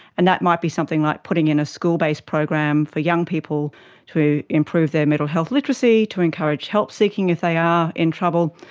and that might be something like putting in a school-based program for young people to improve their mental health literacy, to encourage help-seeking if they are in trouble,